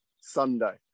Sunday